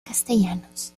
castellanos